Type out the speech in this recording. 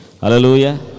Hallelujah